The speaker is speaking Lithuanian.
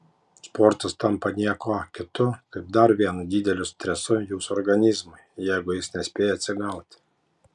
sportas tampa niekuo kitu kaip dar vienu dideliu stresu jūsų organizmui jeigu jis nespėja atsigauti